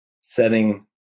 setting